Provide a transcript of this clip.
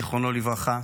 זיכרונו לברכה,